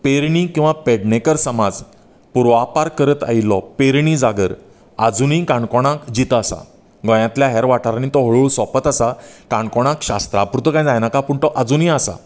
पेरणीं किंवा पेडणेंकर समाज पुरवां पार करत आयिल्लो पेरणीं जागर आजूनय काणकोणांत जितो आसात गोंयांतल्या हेर वाठारांनी तो हळू हळू सोंपत आसा काणकोणांत शास्त्रां पूरतो काय जायना पूण तो आजूनय आसा